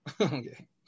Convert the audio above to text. Okay